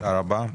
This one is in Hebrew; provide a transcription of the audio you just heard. תודה רבה.